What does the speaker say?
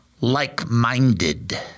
like-minded